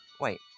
Wait